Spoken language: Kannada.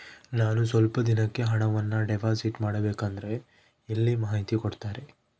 ನಾನು ಸ್ವಲ್ಪ ದಿನಕ್ಕೆ ಹಣವನ್ನು ಡಿಪಾಸಿಟ್ ಮಾಡಬೇಕಂದ್ರೆ ಎಲ್ಲಿ ಮಾಹಿತಿ ಕೊಡ್ತಾರೆ?